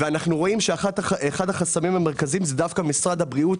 ואנחנו רואים שאחד החסמים המרכזיים הוא דווקא משרד הבריאות,